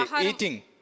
eating